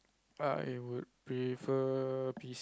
I would prefer